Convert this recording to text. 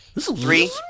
Three